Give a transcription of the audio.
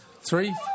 three